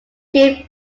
grave